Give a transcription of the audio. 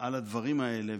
על הדברים האלה,